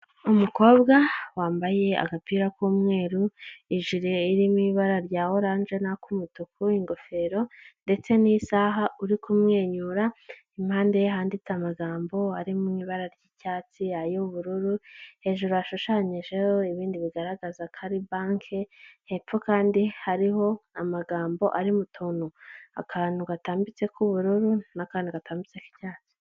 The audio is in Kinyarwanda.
Umukobwa wambaye agapira k'umweru, ijiri iri mu ibara rya orange n'ak'umutuku, n'ingofero ndetse n'isaha; uri kumwenyura impande ye handitse amagambo ari mu ibara ry'icyatsi, y'ubururu hejuru hashushanyijeho ibindi bigaragaza ko ari banki, hepfo kandi hariho amagambo ari mu tuntu; akantu gatambitse k'ubururu n'akantu gatambitse k'icyatsi.